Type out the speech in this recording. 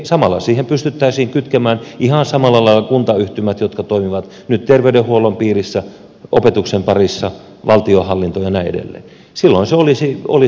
samalla siihen pystyttäisiin kytkemään ihan samalla lailla kuntayhtymät jotka toimivat nyt terveydenhuollon piirissä opetuksen parissa valtionhallinto ja näin edelleen